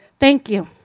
thank you.